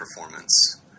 performance